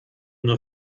nur